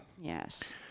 Yes